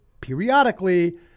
periodically